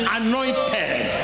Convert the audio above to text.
anointed